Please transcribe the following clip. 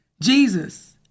Jesus